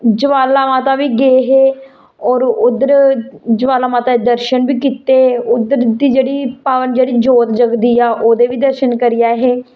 ज्वाला माता बी गे हे होर उद्धर ज्वाला माता दे दर्शन बी कीते हे उद्धर दी जेह्ड़ी पावन जेह्ड़ी जोत जगदी ऐ ओह्दे बी दर्शन करी आये हे